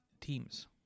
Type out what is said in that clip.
teams